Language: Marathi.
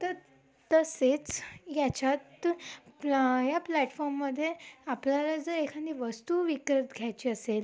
तर तसेच याच्यात या प्लॅटफॉर्ममध्ये आपल्याला जर एखादी वस्तू विकत घ्यायची असेल